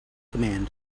command